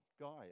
guy